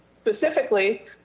Specifically